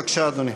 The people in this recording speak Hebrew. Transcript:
בבקשה, אדוני.